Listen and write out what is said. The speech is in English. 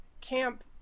camp